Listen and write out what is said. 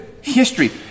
history